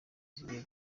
zigiye